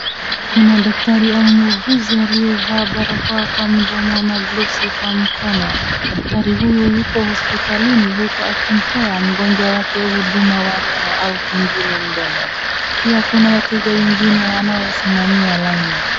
Kuna daktari au muuguzi aliyevaa barakoa kwa mdomo na gloves kwa mkono. Daktari huyu yuko hospitalini uku akimpea mgonjwa wake huduma wa meno au pengine mdomo. Pia kuna wateja wengine wanaosimamia laini.